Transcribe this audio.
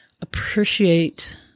appreciate